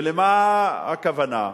ולמה הכוונה?